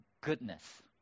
goodness